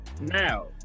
Now